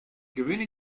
gewöhne